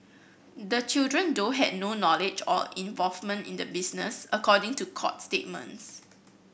the children though had no knowledge or involvement in the business according to court statements